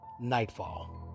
Nightfall